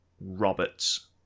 Roberts